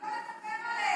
גם לא לדבר עליהם.